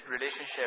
relationship